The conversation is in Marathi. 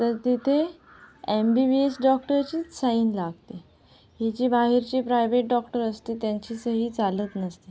तर तिथे एम बी बी एस डॉक्टरचीच साईन लागते ही जी बाहेरची प्रायव्हेट डॉक्टर असते त्यांची सही चालत नसते